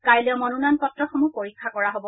কাইলৈ মনোনয়ন পত্ৰসমূহ পৰীক্ষা কৰা হ'ব